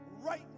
right